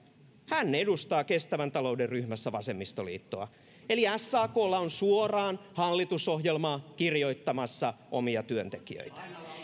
hän edustaa kestävän talouden ryhmässä vasemmistoliittoa eli saklla on suoraan hallitusohjelmaa kirjoittamassa omia työntekijöitä